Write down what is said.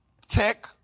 tech